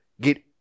get